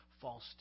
false